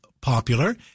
popular